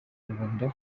rubanda